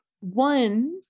one